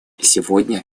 сегодня